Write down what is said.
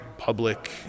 public